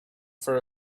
for